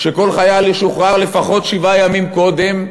שכל חייל ישוחרר לפחות שבעה ימים קודם,